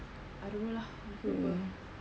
I don't know lah aku lupa